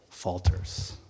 falters